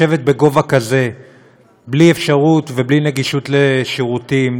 לשבת בגובה כזה בלי אפשרות ובלי נגישות לשירותים,